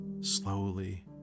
slowly